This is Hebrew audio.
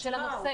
את מה?